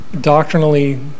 doctrinally